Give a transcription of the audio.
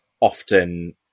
often